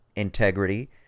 integrity